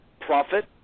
profit